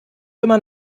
immer